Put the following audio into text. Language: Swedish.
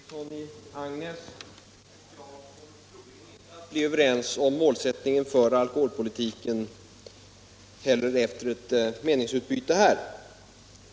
Herr talman! Herr Nilsson i Agnäs och jag kommer troligen inte heller att bli överens om målen för alkoholpolitiken efter ett meningsutbyte här.